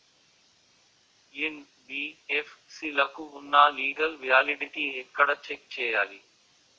NBFC లకు ఉన్నా legal validity ఎక్కడ చెక్ చేయాలి?